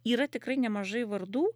yra tikrai nemažai vardų